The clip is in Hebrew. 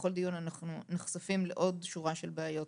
כשבכל דיון אנחנו נחשפים לעוד שורה של בעיות.